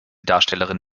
darstellerin